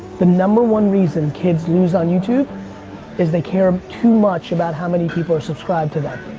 the number one reason kids lose on youtube is they care too much about how many people are subscribed to them.